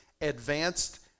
advanced